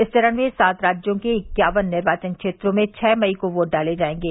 इस चरण में सात राज्यों के इक्यावन निर्वाचन क्षेत्रों में छ मई को वोट डाले जाएंगे